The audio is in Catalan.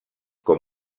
com